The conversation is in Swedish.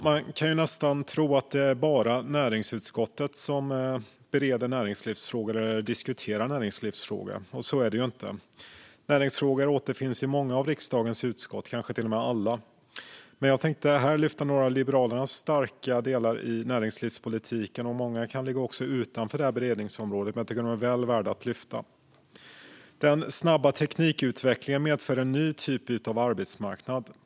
Man kan nästan tro att det bara är näringsutskottet som bereder och diskuterar näringslivsfrågor. Så är det inte. Näringsfrågor återfinns i många av riksdagens utskott, kanske till och med alla. Jag tänkte här lyfta upp några av Liberalernas starka delar i näringslivspolitiken. Några ligger utanför detta beredningsområde, men jag tycker att de är väl värda att lyfta upp. Den snabba teknikutvecklingen medför en ny typ av arbetsmarknad.